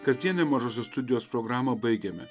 kasdienę mažosios studijos programą baigiame